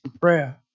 prayer